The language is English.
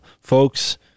folks